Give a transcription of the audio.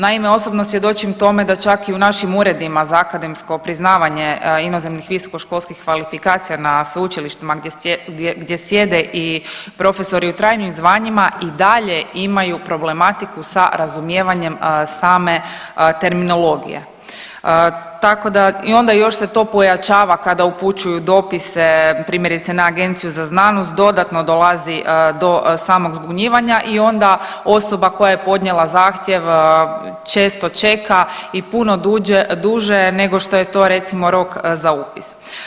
Naime, osobno svjedočim tome da čak i u našim uredima za akademsko priznavanje inozemnih visokoškolskih kvalifikacija na sveučilištima gdje sjede i profesori u trajnim zvanjima i dalje imaju problematiku sa razumijevanjem same terminologije, tako da, i onda još se to pojačava kada upućuju dopise, primjerice, na Agenciju za znanost, dodatno dolazi do samog zbunjivanja i onda osoba koja je podnijela zahtjev često čeka i puno duže nego što je to recimo, tok za upis.